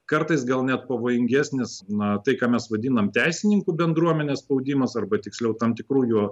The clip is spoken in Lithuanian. kartais gal net pavojingesnis na tai ką mes vadinam teisininkų bendruomenės spaudimas arba tiksliau tam tikrų jo